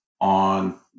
on